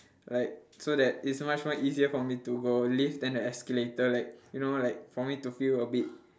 like so that it's much more easier for me to go lift than the escalator like you know like for me to feel a bit